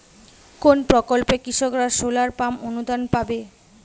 কোন প্রকল্পে কৃষকরা সোলার পাম্প অনুদান পাবে?